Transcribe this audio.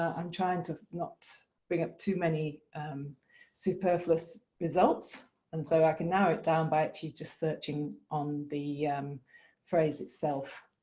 ah i'm trying to not bring up too many superfluous results and so i can narrow it down by actually just searching on the phrase itself.